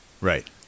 Right